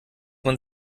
man